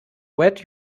whet